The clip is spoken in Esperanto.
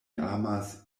amas